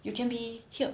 you can be here